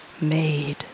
made